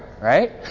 right